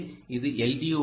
எனவே இது எல்